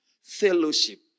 fellowship